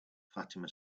fatima